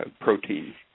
protein